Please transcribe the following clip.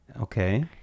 Okay